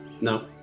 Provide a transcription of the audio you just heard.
No